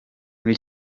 muri